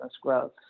growth